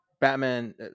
Batman